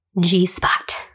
G-spot